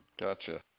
Gotcha